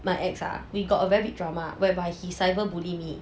my ex ah we got a big drama whereby he cyber bully me